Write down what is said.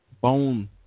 bone